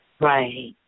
Right